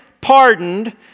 pardoned